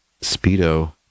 Speedo